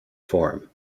form